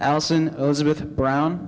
allison elizabeth brown